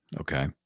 Okay